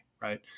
right